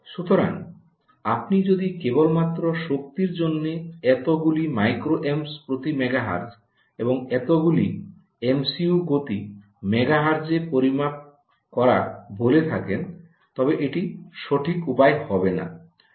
সুতরাং আপনি যদি কেবলমাত্র শক্তির জন্য এত গুলি মাইক্রো অ্যাম্প 𝛍A প্রতি মেগাহের্টজ এবং এত গুলি এমসিইউ গতি মেগাহের্টজে পরিমাপ করা বলে থাকেন তবে এটি সঠিক উপায় হবে না